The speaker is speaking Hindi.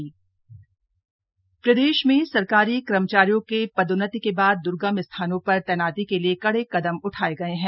कैबिनेट फैसले प्रदेश में सरकारी कर्मचारियों के पदोन्नति के बाद द्र्गम स्थानों पर तैनाती के लिए कड़े कदम उठाये गए हैं